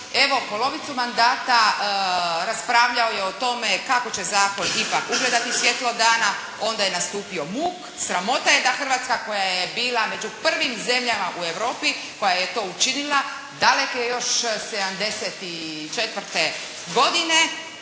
Evo, polovicu mandata raspravljao je o tome kako će zakon ipak ugledati svjetlo dana, onda je nastupio muk. Sramota je da Hrvatska koja je bila među prvim zemljama u Europi koja je to učinila daleke još 74. godine.